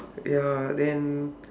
ya then